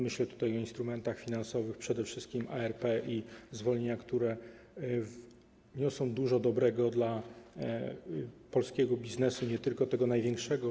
Myślę tutaj o instrumentach finansowych, przede wszystkim zwolnieniach, które wniosą dużo dobrego dla polskiego biznesu, nie tylko tego największego.